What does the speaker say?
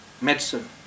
medicine